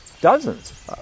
dozens